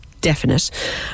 definite